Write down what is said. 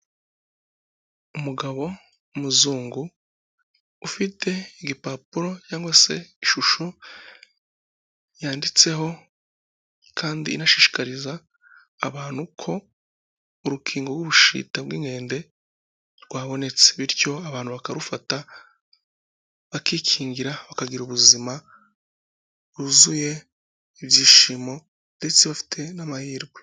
Umugabo w'umuzungu ufite igipapuro cyangwase ishusho yanditseho kandi inashishikariza abantu ko urukingo rw'ubushita bw'inkende rwabonetse, bityo abantu bakarufata bakikingira, bakagira ubuzima bwuzuye ibyishimo, ndetse bafite n'amahirwe.